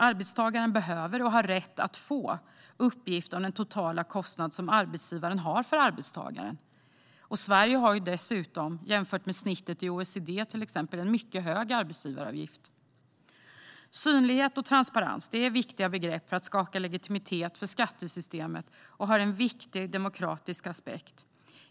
Arbetstagaren behöver och har rätt att få uppgift om den totala kostnad som arbetsgivaren har för arbetstagaren. Sverige har dessutom en mycket hög arbetsgivaravgift, jämfört med till exempel snittet i OECD. Synlighet och transparens är viktiga begrepp för att skapa legitimitet för skattesystemet och har en viktig demokratisk aspekt.